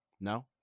No